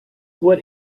what